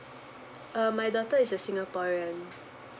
uh my daughter is a singaporean